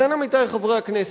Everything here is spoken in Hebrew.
לכן, עמיתי חברי הכנסת,